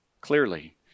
clearly